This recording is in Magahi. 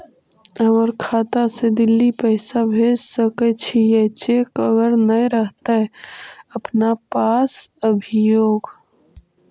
हमर खाता से दिल्ली पैसा भेज सकै छियै चेक अगर नय रहतै अपना पास अभियोग?